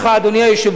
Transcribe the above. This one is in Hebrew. אדוני היושב-ראש,